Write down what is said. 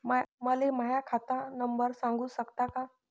मले माह्या खात नंबर सांगु सकता का?